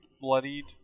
bloodied